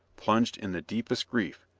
plunged in the deepest grief,